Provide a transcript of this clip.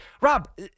Rob